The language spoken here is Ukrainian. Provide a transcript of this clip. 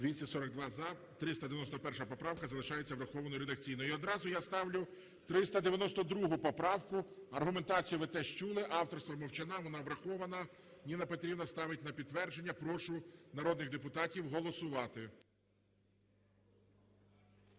За-242 391 поправка залишається врахованою редакційно. І одразу я ставлю 392 поправку. Аргументацію ви теж чули. Авторства Мовчана. Вона врахована. Ніна Петрівна ставить на підтвердження. Прошу народних депутатів голосувати.